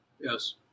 Yes